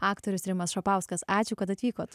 aktorius rimas šapauskas ačiū kad atvykote